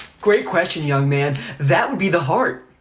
great question, young man. that would be the heart.